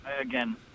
again